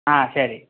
ஆ சரி